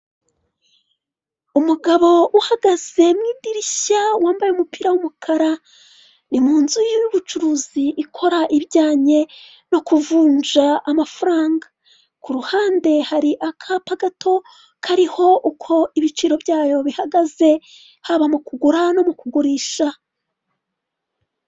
Umugabo uhagaze mu idirishya wambaye umupira w'umukara ni munzu y'ubucuruzi ikora ibijyanye no kuvunja amafaranga kuruhande hari akapa gato kariho uko ibiciro byaho bihagaze haba mu kugura no mukugurisha.